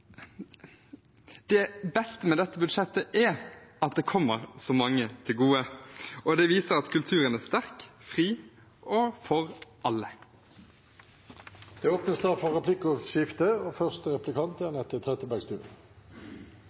Det beste med dette budsjettet er at det kommer så mange til gode, og det viser at kulturen er sterk, fri og for alle. Det blir replikkordskifte. Den største ordningen regjeringen prioriterer, er ikke for alle, og